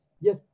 yes